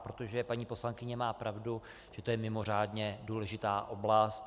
Protože paní poslankyně má pravdu, že to je mimořádně důležitá oblast.